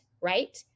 Right